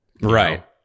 right